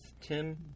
Tim